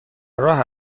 راه